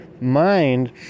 mind